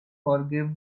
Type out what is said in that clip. forgive